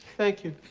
thank you.